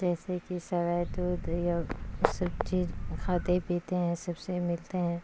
جیسے کہ سوئی دودھ یا سب چیز کھاتے پیتے ہیں سب سے ملتے ہیں